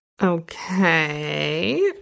Okay